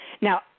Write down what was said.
Now